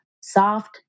soft